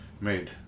made